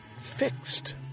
fixed